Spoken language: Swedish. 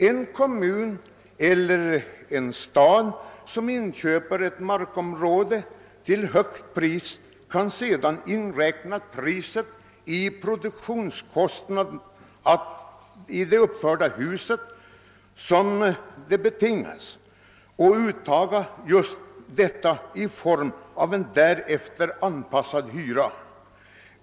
En kommun eller en stad som t.ex. för bostadsändamål köper ett markområde till högt pris kan räkna in detta pris i produktionskostnaderna för husen och sedan ta ut kostnaderna genom en härefter anpassad hyra.